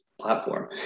platform